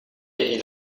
est